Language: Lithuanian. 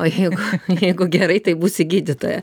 o jeigu jeigu gerai tai būsi gydytoja